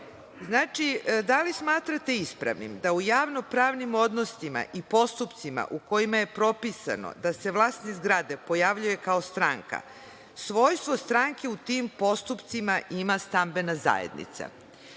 ovde. Da li smatrate ispravnim da u javno-pravnim odnosima i postupcima u kojima je propisano da se vlasnik zgrade pojavljuje kao stranka, svojstvo stranke u tim postupcima ima stambena zajednica?